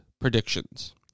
predictions